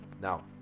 Now